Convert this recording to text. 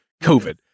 COVID